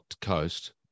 coast